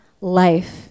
life